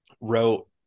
wrote